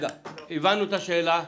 הבנו את השאלה,